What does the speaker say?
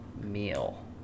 meal